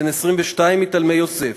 בן 22, מתלמי-יוסף,